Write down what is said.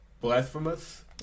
Blasphemous